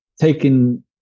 taking